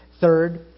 Third